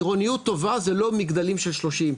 עירוניות טובה זה לא מגדלים של 30,